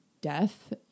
death